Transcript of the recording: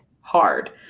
hard